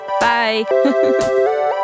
Bye